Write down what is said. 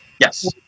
Yes